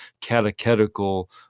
catechetical